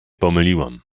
pomyliłam